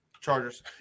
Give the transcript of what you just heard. Chargers